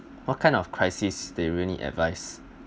what kind of crisis that you'll need advice